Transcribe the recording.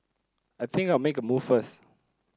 I think I'll make a move first